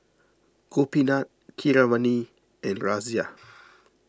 Gopinath Keeravani and Razia